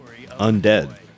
undead